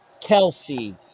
Kelsey